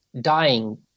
dying